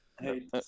Hey